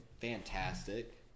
fantastic